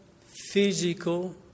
physical